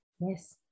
Yes